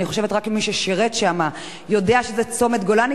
רק מי ששירת שם יודע שזה צומת גולני,